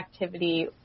activity